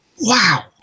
Wow